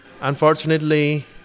Unfortunately